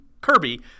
Kirby